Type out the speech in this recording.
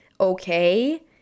okay